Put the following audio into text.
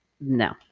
No